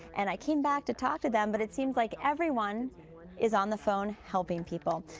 and i cake back to talk to them but it seems like everyone is on the phone helping people.